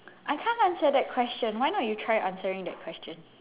I can't answer that question why not you try answering that question